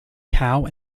cow